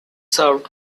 served